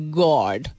god